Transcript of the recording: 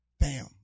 Bam